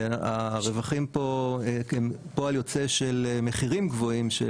הרווחים פה הם פועל יוצא של מחירים גבוהים של